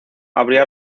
habría